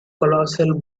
colossal